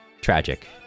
tragic